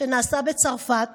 שנעשה בצרפת